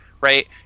right